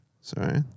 Sorry